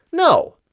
no.